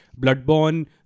Bloodborne